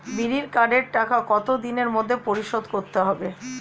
বিড়ির কার্ডের টাকা কত দিনের মধ্যে পরিশোধ করতে হবে?